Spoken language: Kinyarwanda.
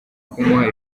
kumuha